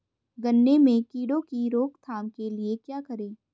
गन्ने में कीड़ों की रोक थाम के लिये क्या करें?